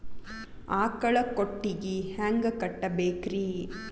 ಆಕಳ ಕೊಟ್ಟಿಗಿ ಹ್ಯಾಂಗ್ ಕಟ್ಟಬೇಕ್ರಿ?